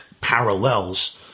parallels